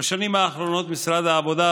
בשנים האחרונות משרד העבודה,